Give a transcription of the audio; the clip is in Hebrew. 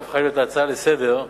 שהפכה להיות הצעה לסדר-היום,